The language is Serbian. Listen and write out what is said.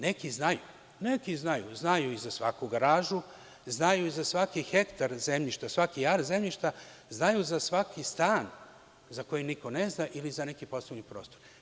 Neki znaju, znaju i za svaku garažu, znaju i za svaki hektar zemljišta, svaki ar zemljišta, znaju za svaki stan za koji niko ne zna ili za neki poslovi prostor.